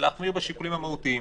ולהחמיר בשיקולים המהותיים.